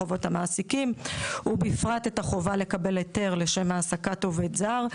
חובות המעסיקים ובפרט את החובה לקבל היתר לשם העסקת עובד זר.